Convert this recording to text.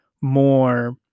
more